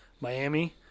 Miami